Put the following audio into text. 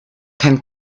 kein